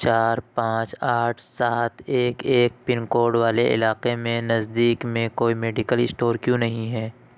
چار پانچ آٹھ سات ایک ایک پن کوڈ والے علاقے میں نزدیک میں کوئی میڈیکل اشٹور کیوں نہیں ہے